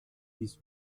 dies